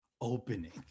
opening